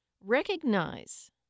Recognize